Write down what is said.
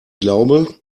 glaube